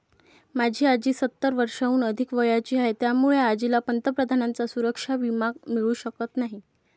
माझी आजी सत्तर वर्षांहून अधिक वयाची आहे, त्यामुळे आजीला पंतप्रधानांचा सुरक्षा विमा मिळू शकत नाही